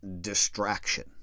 distraction